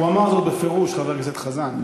הוא אמר זאת בפירוש, חבר הכנסת חזן.